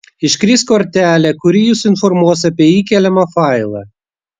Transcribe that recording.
iškris kortelė kuri jus informuos apie įkeliamą failą